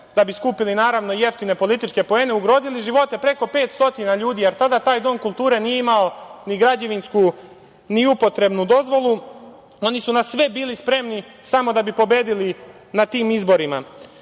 da bi skupili, naravno jeftine političke poene, ugrozili živote preko pet stotina ljudi, jer tada taj dom kulture nije imao ni građevinsku, ni upotrebnu dozvolu. Oni su na sve bili spremni samo da bi pobedili na tim izborima. Ja